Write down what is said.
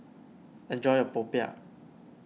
enjoy your Popiah